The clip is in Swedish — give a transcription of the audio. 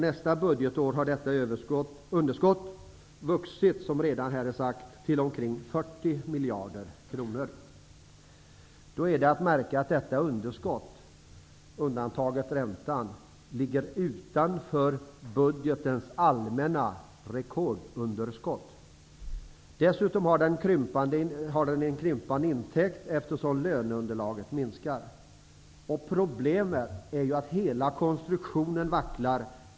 Nästa budgetår kommer underskottet, som redan har sagts, att ha vuxit till omkring 40 miljarder kronor. Det är att notera att detta underskott, undantaget räntan, ligger utanför budgetens allmänna rekordunderskott. Arbetsmarknadsfondens intäkter krymper, eftersom löneunderlaget minskar. Problemet är ju att hela konstruktionen vacklar.